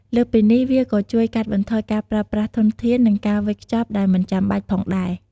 លើសពីនេះ វាក៏ជួយកាត់បន្ថយការប្រើប្រាស់ធនធាន និងការវេចខ្ចប់ដែលមិនចាំបាច់ផងដែរ។